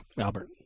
Albert